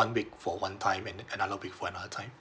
one week for one time and then another week for another time